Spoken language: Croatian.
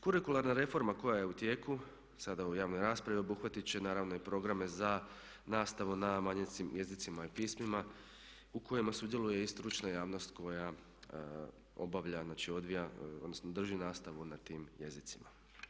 Kurikularna reforma koja je u tijeku sada u javnoj raspravi obuhvatiti će naravno i programe za nastavu na manjinskim jezicima i pismima u kojima sudjeluje i stručna javnost koja obavlja odnosno drži nastavu na tim jezicima.